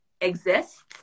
exists